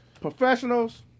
Professionals